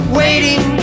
waiting